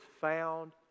found